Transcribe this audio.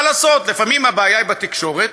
מה לעשות, לפעמים הבעיה היא בתקשורת,